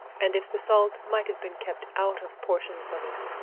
and if the salt might have been kept out of portions of it.